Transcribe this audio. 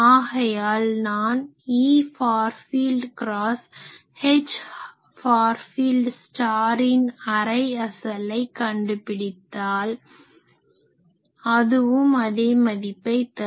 ஆகையால் நான் Efar field cross Hfar field இன் அரை அசலை கண்டுபிடித்தால் அதுவும் அதே மதிப்பை தரும்